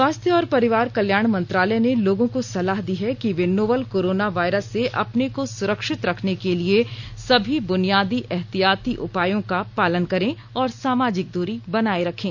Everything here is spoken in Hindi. स्वास्थ्य और परिवार कल्याण मंत्रालय ने लोगों को सलाह दी है कि वे नोवल कोरोना वायरस से अपने को सुरक्षित रखने के लिए सभी बूनियादी एहतियाती उपायों का पालन करें और सामाजिक दूरी बनाए रखें